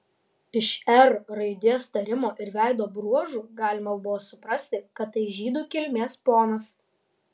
iš r raidės tarimo ir veido bruožų galima buvo suprasti kad tai žydų kilmės ponas